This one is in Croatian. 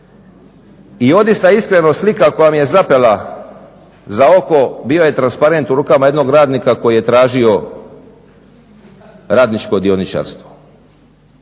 I odista iskreno slika koja mi je zapela za oko bio je transparent u rukama jednog radnika koji je tražio radničko dioničarsko.